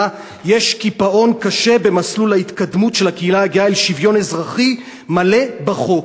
יש קיפאון קשה במסלול ההתקדמות של הקהילה הגאה לשוויון אזרחי מלא בחוק.